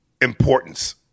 importance